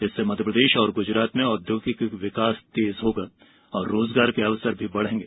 इससे मध्यप्रदेश और गुजरात में औद्योगिक विकास तेज होगा और रोज़गार के अवसर भी बढ़ेंगे